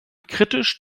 kritisch